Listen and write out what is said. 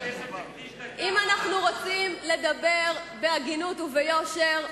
אם אנחנו רוצים לדבר בהגינות וביושר,